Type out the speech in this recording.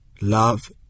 love